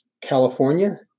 California